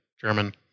German